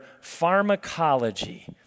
pharmacology